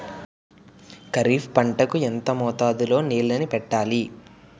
ఖరిఫ్ పంట కు ఎంత మోతాదులో నీళ్ళని పెట్టాలి?